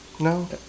No